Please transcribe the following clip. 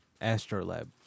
Astrolab